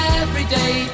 everyday